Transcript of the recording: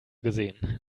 gesehen